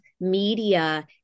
media